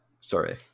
sorry